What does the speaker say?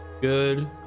Good